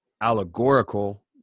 allegorical